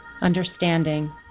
understanding